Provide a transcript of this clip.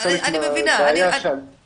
אני מבינה אביעד.